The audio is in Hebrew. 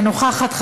אינה נוכחת,